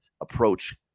approach